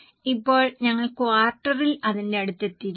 ഇപ്പോൾ ഞങ്ങൾ ക്വാർട്ടറിൽ അതിന്റെ അടുത്തെത്തിയിരിക്കുന്നു